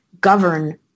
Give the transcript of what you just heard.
govern